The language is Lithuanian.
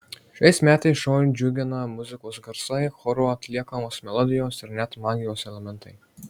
šiais metais šou džiugina muzikos garsai choro atliekamos melodijos ir net magijos elementai